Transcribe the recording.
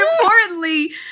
importantly